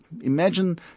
Imagine